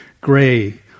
Gray